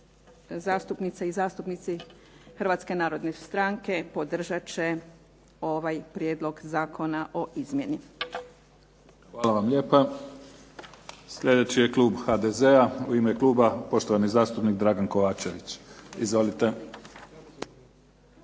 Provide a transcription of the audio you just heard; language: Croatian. zastupnice i zastupnici Hrvatske narodne stranke podržat će ovaj prijedlog zakona o izmjeni. **Mimica, Neven (SDP)** Hvala vam lijepa. Slijedeći je klub HDZ-a. U ime kluba poštovani zastupnik Dragan Kovačević. Izvolite.